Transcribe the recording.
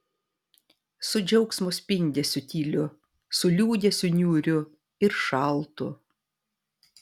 su džiaugsmo spindesiu tyliu su liūdesiu niūriu ir šaltu